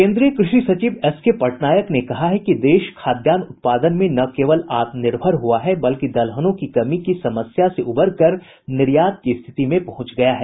केन्द्रीय कृषि सचिव एस के पटनायक ने कहा कि देश खाद्यान्न उत्पादन में न केवल आत्मनिर्भर हुआ है बल्कि दलहनों की कमी की समस्या से उबर कर निर्यात की स्थिति में पहुंच गया है